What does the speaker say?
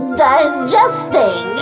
digesting